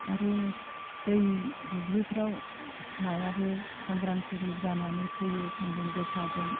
आरो दै दुब्लिफोराव नायाबो खांग्रां खुंग्लुंब जानानै थैयो सान्दुं गोसाजों